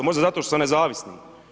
Možda zato što sam nezavisni?